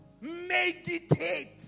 Meditate